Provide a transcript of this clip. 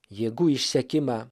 jėgų išsekimą